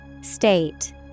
State